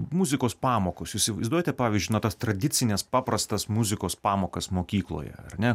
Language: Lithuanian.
muzikos pamokos įsivaizduojate pavyzdžiui na tas tradicines paprastas muzikos pamokas mokykloje ar ne